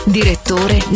direttore